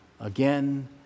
again